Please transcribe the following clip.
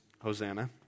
Hosanna